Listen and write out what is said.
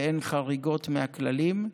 ואין חריגות מהכללים.